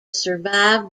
survive